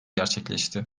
gerçekleşti